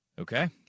Okay